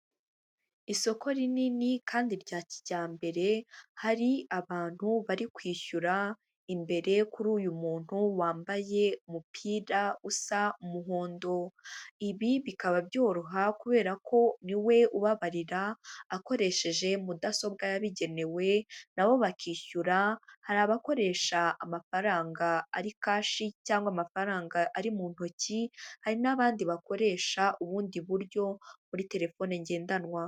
Isoko rinini, kandi rya kijyambere, hari abantu bari kwishyura, imbere kuri uyu muntu wambaye umupira usa umuhondo, ibi bikaba byoroha kubera ko niwe ubabarira akoresheje mudasobwa yabigenewe, nabo bakishyura hari abakoresha amafaranga ari kashi cyangwa amafaranga ari mu ntoki, hari n'abandi bakoresha ubundi buryo muri telefone ngendanwa.